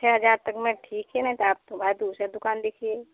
छः हज़ार तक में ठीक है नहीं तो आप तो भाई दूसरा दुकान देखिए